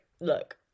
look